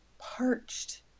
parched